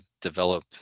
develop